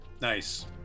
Nice